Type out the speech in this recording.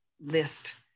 list